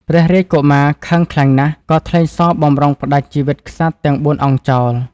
ព្រះរាជកុមារខឹងខ្លាំងណាស់ ក៏ថ្លែងសរបម្រុងផ្តាច់ជីវិតក្សត្រទាំងបួនអង្គចោល។